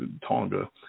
Tonga